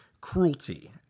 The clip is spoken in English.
cruelty